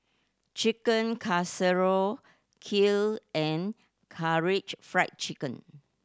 Chicken Casserole Kheer and Karaage Fried Chicken